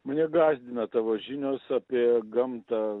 mane gąsdina tavo žinios apie gamtą